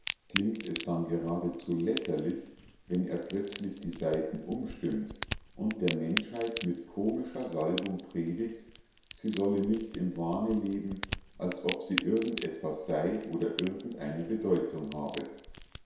klingt es dann geradezu lächerlich wenn er plötzlich die saiten umstimmt und der menschheit mit komischer salbung predigt sie solle nicht im wahne leben als ob sie irgend etwas sei oder irgend eine bedeutung habe